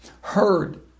heard